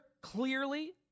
clearly